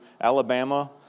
Alabama